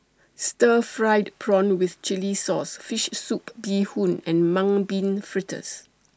Stir Fried Prawn with Chili Sauce Fish Soup Bee Hoon and Mung Bean Fritters